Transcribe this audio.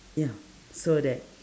ya so that